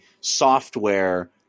software